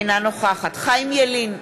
אינה נוכחת חיים ילין,